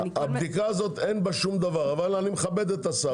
הבדיקה הזאת אין בה שום דבר אבל אני מכבד את השר.